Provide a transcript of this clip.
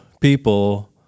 people